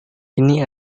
ini